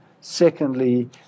secondly